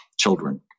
children